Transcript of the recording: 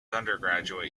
undergraduate